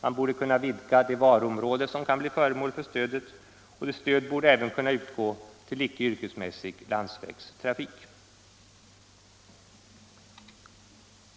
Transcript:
Man borde kunna vidga det varuområde som kan bli föremål för stöd, och stöd borde även kunna utgå till icke yrkesmässig landsvägstrafik.